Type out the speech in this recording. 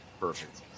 perfect